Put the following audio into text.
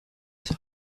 his